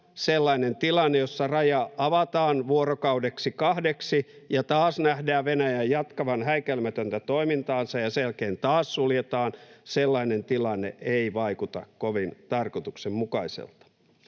sellainen tilanne, jossa raja avataan vuorokaudeksi, kahdeksi ja taas nähdään Venäjän jatkavan häikäilemätöntä toimintaansa ja sen jälkeen taas suljetaan, ei vaikuta kovin tarkoituksenmukaiselta.